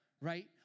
right